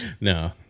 No